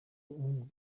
اون